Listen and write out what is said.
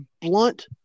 blunt